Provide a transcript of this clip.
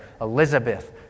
Elizabeth